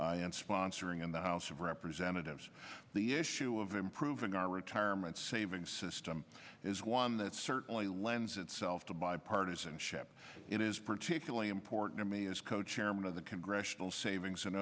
in sponsoring in the house of representatives the issue of improving our retirement savings system is one that certainly lends itself to bipartisanship it is particularly important to me as cochairman of the congressional savings and